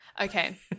Okay